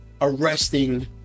arresting